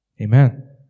Amen